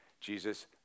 Jesus